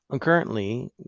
Currently